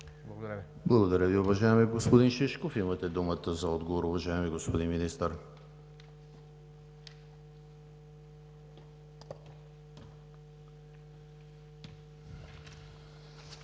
Благодаря Ви, уважаема госпожо Стоянова. Имате думата за отговор, уважаеми господин Министър.